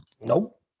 Nope